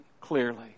clearly